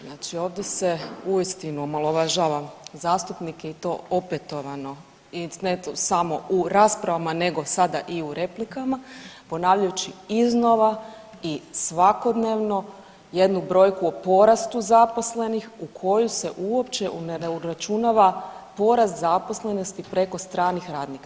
Znači ovdje se uistinu omalovažava zastupnik i to opetovano i ne samo u raspravama, nego sada i u replikama ponavljajući iznova i svakodnevno jednu brojku o porastu zaposlenih u koju se uopće ne uračunava porast zaposlenosti preko stranih radnika.